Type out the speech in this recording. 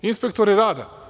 Inspektori rada.